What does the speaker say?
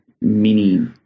mini